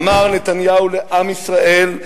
אמר נתניהו לעם ישראל: